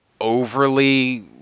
overly